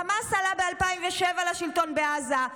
חמאס עלה ב-2007 לשלטון בעזה.